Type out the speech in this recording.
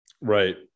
right